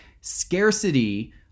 scarcity